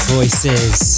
Voices